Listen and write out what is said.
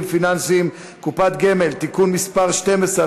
פיננסיים (קופות גמל) (תיקון מס' 12),